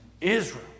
Israel